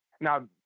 now